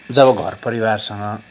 जब घर परिवारसँग